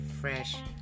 fresh